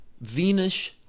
Venus